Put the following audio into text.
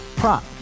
prop